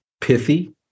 pithy